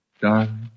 darling